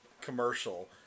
commercial